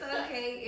okay